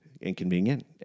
inconvenient